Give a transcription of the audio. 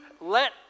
let